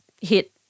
hit